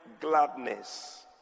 gladness